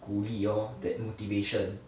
鼓励 lor that motivation